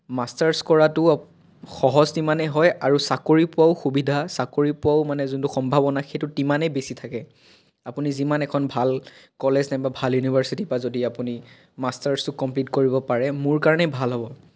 masters কৰাটোও সহজ তিমানে হয় আৰু চাকৰি পোৱাও সুবিধা চাকৰি পোৱাও মানে যোনটো সম্ভাৱনা সেইটো তিমানে বেছি থাকে আপুনি যিমান এখন ভাল কলেজ নাইবা ভাল ইউনিভাৰ্চিটিৰ পৰা যদি আপুনি মাষ্টাৰ্ছটো কমপ্লিত কৰিব পাৰে মোৰ কাৰণেই ভাল হ'ব